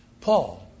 Paul